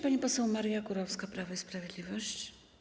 Pani poseł Maria Kurowska, Prawo i Sprawiedliwość.